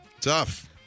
Tough